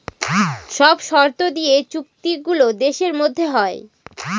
সব শর্ত দিয়ে চুক্তি গুলো দেশের মধ্যে হয়